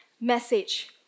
message